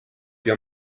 più